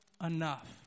enough